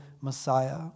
Messiah